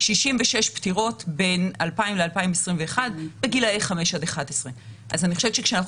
66 פטירות בין 2020 ל-2021 בגילאי 5-11. אז כשאנחנו